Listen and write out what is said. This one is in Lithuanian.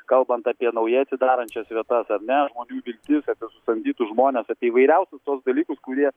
kalbant apie naujai atsidarančias vietas ar ne žmonių viltis apie susamdytus žmones apie įvairiausius tuos dalykus kurie